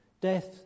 Death